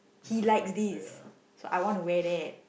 he likes this so I wanna wear that